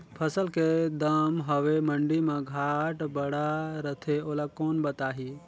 फसल के दम हवे मंडी मा घाट बढ़ा रथे ओला कोन बताही?